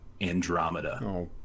andromeda